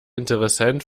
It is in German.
interessent